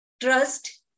trust